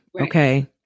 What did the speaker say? Okay